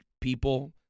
people